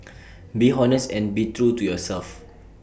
be honest and be true to yourself